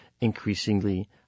increasingly